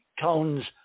tones